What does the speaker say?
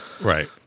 Right